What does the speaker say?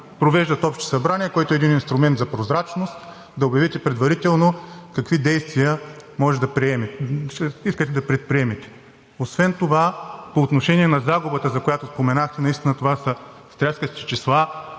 провеждат общи събрания, което е един инструмент за прозрачност да обявите предварително какви действия искате да предприемете. Освен това по отношение на загубата, за която споменахте – наистина това са стряскащи числа.